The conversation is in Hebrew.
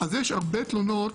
אז יש הרבה תלונות